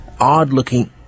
odd-looking